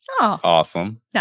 Awesome